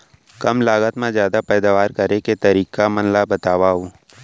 कम लागत मा जादा पैदावार करे के तरीका मन ला बतावव?